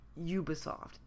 Ubisoft